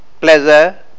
pleasure